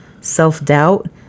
self-doubt